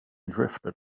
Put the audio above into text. drifted